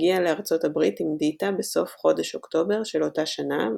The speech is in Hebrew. הגיע לארצות הברית עם דיטה בסוף חודש אוקטובר של אותה שנה,